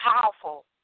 powerful